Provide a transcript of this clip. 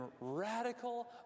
radical